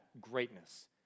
greatness